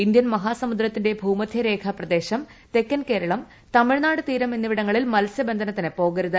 Indian മഹാസമുദ്രത്തിന്റെ ഭൂമധ്യരേഖാ പ്രദേശം തെക്കൻ കേരളം തമിഴ്നാട്തീരം എന്നിവിടങ്ങളിൽ മൽസ്യബന്ധനത്തിന് പോകരുത്